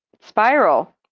Spiral